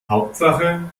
hauptsache